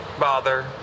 bother